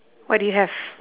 what do you have